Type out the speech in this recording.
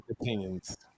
opinions